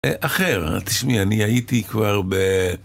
אה, אחר, תשמעי, אני הייתי כבר ב...